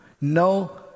no